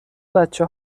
بچه